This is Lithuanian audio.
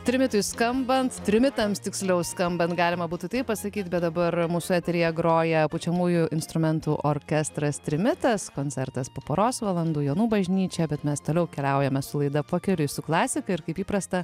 trimitui skambant trimitams tiksliau skambant galima būtų taip pasakyt bet dabar mūsų eteryje groja pučiamųjų instrumentų orkestras trimitas koncertas po poros valandų jonų bažnyčioje bet mes toliau keliaujame su laida pakeliui su klasika ir kaip įprasta